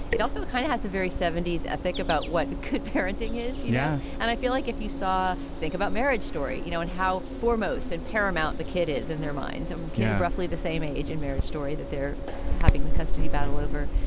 it also kind of has a very seventy s ethic about what could parenting is. yeah. and i feel like if you saw think about marriage story, you know, and how foremost and paramount the kid is in their minds um at roughly the same age and marriage story that they're having the custody battle over.